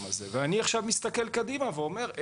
הזה ואני עכשיו מסתכל קדימה ואומר,